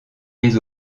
des